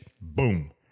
boom